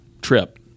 trip